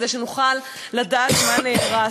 כדי שנוכל לדעת מה נהרס,